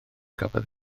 gafodd